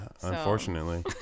unfortunately